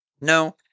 No